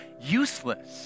useless